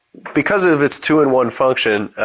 because of its two in one function,